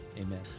Amen